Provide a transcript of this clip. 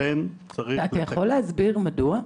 אתה יכול להסביר מדוע?